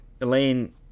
Elaine